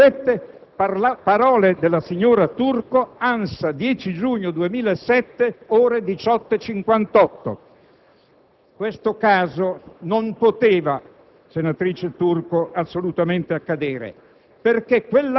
realmente bisogno», parole della signora Turco (ANSA, 10 giugno 2007, ore 18,58). Questo "caso" non poteva, senatrice Turco, assolutamente accadere,